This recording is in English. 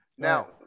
Now